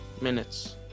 minutes